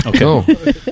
Okay